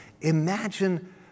Imagine